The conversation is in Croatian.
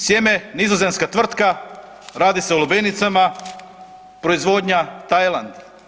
Sjeme, nizozemska tvrtka, radi se o lubenicama, proizvodnja Tajland.